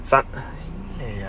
suck அய்ய:!aiya!